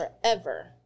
forever